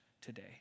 today